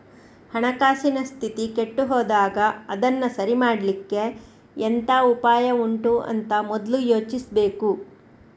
ಹಣಕಾಸಿನ ಸ್ಥಿತಿ ಕೆಟ್ಟು ಹೋದಾಗ ಅದನ್ನ ಸರಿ ಮಾಡ್ಲಿಕ್ಕೆ ಎಂತ ಉಪಾಯ ಉಂಟು ಅಂತ ಮೊದ್ಲು ಯೋಚಿಸ್ಬೇಕು